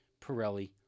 pirelli